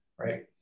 Right